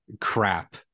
crap